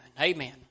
Amen